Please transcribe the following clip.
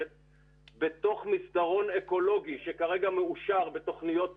בתוך מסדרון אקולוגי שכרגע מאושר בתוכניות מחוזיות,